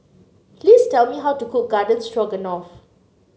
please tell me how to cook Garden Stroganoff